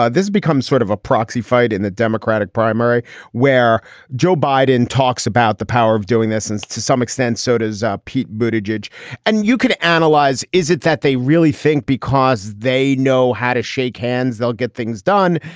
ah this becomes sort of a proxy fight in the democratic primary where joe biden talks about the power of doing this. and to some extent, soda's ah pete, but buti jej and you could analyze. is it that they really think because they know how to shake hands, they'll get things done?